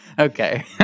Okay